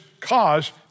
cause